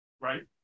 right